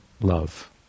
love